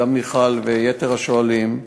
למיכל ויתר השואלים,